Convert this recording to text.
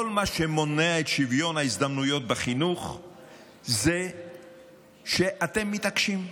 כל מה שמונע את שוויון ההזדמנויות בחינוך זה שאתם מתעקשים.